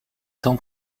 sans